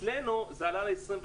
אצלנו זה עלה ל-21%,